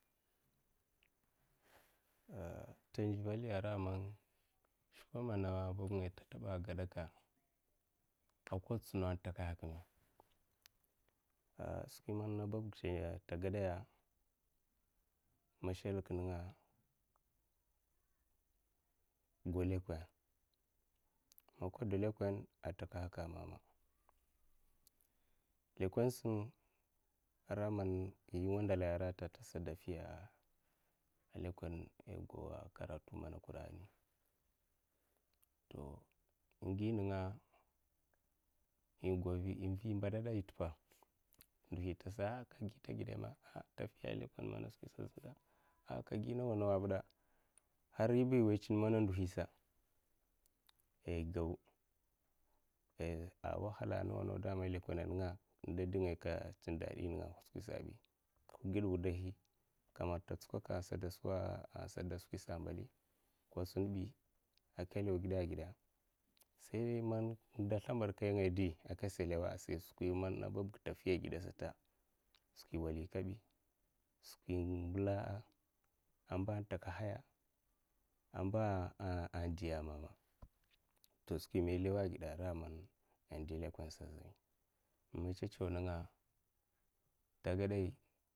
Ai ta ndivalya ra man skwame ana bab ngaya. a man tetabba ai gedaka apatsu na ai skwi man nda babga tagedaya mashalik ninga'a, go lukole man ka go lekole ai takahaka ai mama lukole sin a raya man yi wandalaiya rata ai dasa fiya lukole i go lukole man a kur'ani to ingi ninga'a, to igo vi in mbadadda'a, itippa ai gidume tafiya lukole mana skwisatda ai zhubda har yiba iwaitsin mana ndihisiba igaw ai wahala ai nawa nawa igaw ai ai ai wahala ai nawa nawa damanle lukole indadin ninga'a, ka tsin dadininga'a bi kaman ta tsukakka anta si wahal ka sunbi ai kalaw gida a gida sai man inda slimbad kai ngai ai kasa law gida ai gida ai mbali ai gida sai man inda slimbadkai ngaidi ai sa law gida ai gida skwi man babga ta fiya'a, agida sata skwi walikabi skwi in mblila'a, amba takahaya amba diya mame to skwi man i law ai gida inda lukolsa ai zhubi matsa tsaw ninga'a, ta gadaiya.